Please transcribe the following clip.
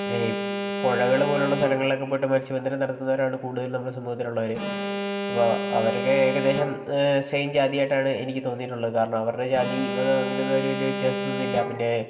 ഈ പുഴകൾ പോലെയുള്ള സ്ഥലങ്ങളിലൊക്കെ പോയിട്ട് മത്സ്യബന്ധനം നടത്തുന്നവരാണ് കൂടുതലും നമ്മുടെ സമൂഹത്തിൽ ഉള്ളവർ അപ്പോൾ അവരൊക്കെ ഏകദേശം സെയിം ജാതിയായിട്ടാണ് എനിക്ക് തോന്നിയിട്ടുള്ളത് കാരണം അവരുടെ ജാതി മതം അങ്ങനെ ഒന്നും അവർ വലിയ വ്യത്യാസമൊന്നുമില്ല പിന്നെ